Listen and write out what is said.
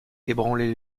ébranlé